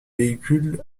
véhicules